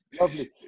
lovely